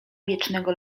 wiecznego